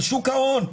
על שוק ההון.